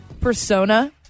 persona